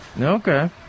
Okay